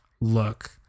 look